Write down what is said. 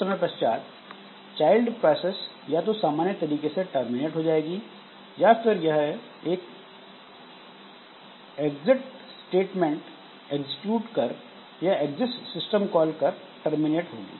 कुछ समय पश्चात चाइल्ड प्रोसेस या तो सामान्य तरीके से टर्मिनेट हो जाएगी या फिर यह एग्जिस्ट स्टेटमेंट एग्जीक्यूट कर या एग्जिस्ट सिस्टम कॉल कर टर्मिनेट होगी